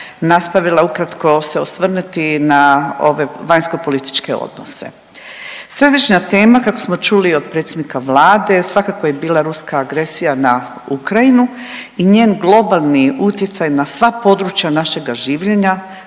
nastavila ukratko se osvrnuti na ove vanjsko-političke odnose. Središnja tema kako smo čuli od predsjednika Vlade svakako je bila ruska agresija na Ukrajinu i njen globalni utjecaj na sva područja našega življenja